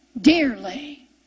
Dearly